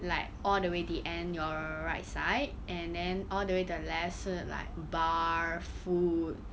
like all the way the end your right side and then all the way the left 是 like bar food